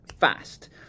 fast